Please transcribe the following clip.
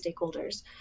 stakeholders